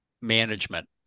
management